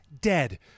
dead